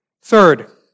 Third